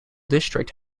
district